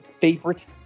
favorite